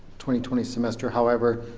twenty twenty semester. however,